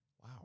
Wow